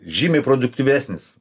žymiai produktyvesnis